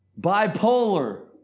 bipolar